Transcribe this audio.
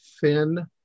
thin